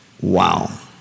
Wow